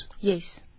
Yes